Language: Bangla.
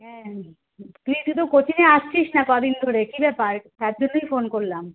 হ্যাঁ হুম তুই কিন্তু কোচিংয়ে আসছিস না কদিন ধরে কি ব্যাপার তার জন্যই ফোন করলাম